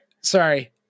Sorry